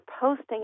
posting